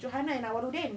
johanna and awaludin